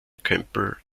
campbell